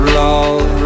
love